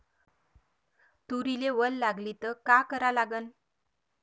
तुरीले वल लागली त का करा लागन?